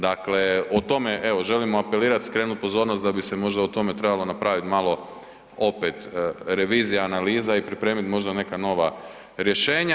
Dakle, o tome, evo želimo apelirati, skrenuti pozornost da bi se možda o tome trebalo napraviti malo opet revizija, analiza i pripremiti možda neka nova rješenja.